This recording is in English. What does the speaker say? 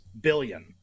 billion